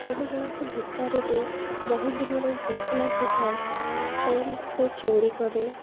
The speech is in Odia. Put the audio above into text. ଯଦି କୌଣସି ଭିକାରିଟେ ବହୁତ ଦିନରୁ ଭୋକିଲା ରହିଥାଏ ସେ ଚୋରି କରେ